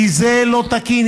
כי זה לא תקין.